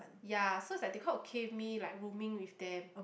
ya so it's like they quite okay with me like rooming with them